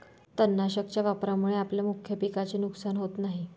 तणनाशकाच्या वापरामुळे आपल्या मुख्य पिकाचे नुकसान होत नाही